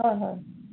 হয় হয়